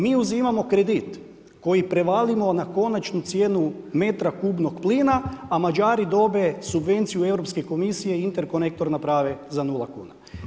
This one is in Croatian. Mi uzimamo kredit koji prevalimo na konačnici jednu metra kubnog plina a Mađari dobe subvenciju Europske komisije i interkonektor naprave za nula kuna.